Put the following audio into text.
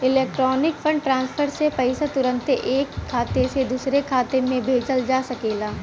electronic fund transfer से पईसा तुरन्ते ऐक खाते से दुसरे खाते में भेजल जा सकेला